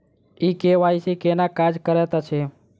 ई KYC केना काज करैत अछि?